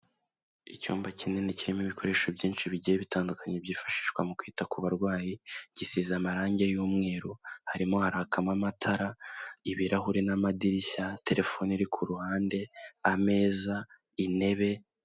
Icyumba kinini kirimo ibikoresho byinshi bigiye bitandukanye byifashishwa mu kwita ku barwayi, gisize amarangi y'umweru, harimo harakamo amatara, ibirahuri n'amadirishya, telefone iri ku ruhande, ameza, intebe...